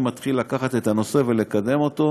ומתחיל לקחת את הנושא ולקדם אותו.